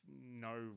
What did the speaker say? no